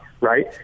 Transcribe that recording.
right